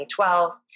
2012